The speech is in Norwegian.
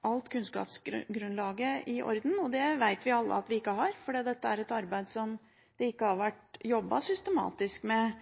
alt kunnskapsgrunnlaget i orden. Det vet vi alle at vi ikke har, fordi dette er et arbeid som det ikke har vært jobbet systematisk med